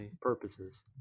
purposes